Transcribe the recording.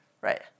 right